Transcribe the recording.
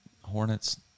Hornets